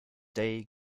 day